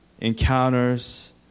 encounters